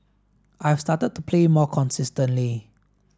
I've started to play more consistently